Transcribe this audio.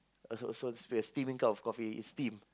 and also a a steaming cup of coffee is steam